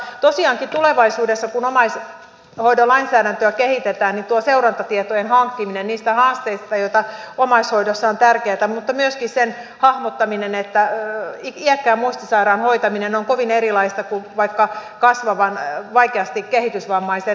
tosiaankin tulevaisuudessa kun omaishoidon lainsäädäntöä kehitetään seurantatietojen hankkiminen niistä haasteista joita on omaishoidossa on tärkeätä mutta myöskin sen hahmottaminen että iäkkään muistisairaan hoitaminen on kovin erilaista kuin vaikka kasvavan vaikeasti kehitysvammaisen lapsen